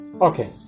okay